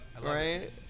Right